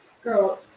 Girl